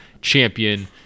champion